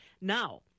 now